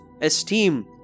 esteem